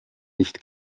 nicht